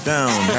Down